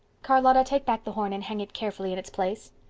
charlotta, take back the horn and hang it carefully in its place.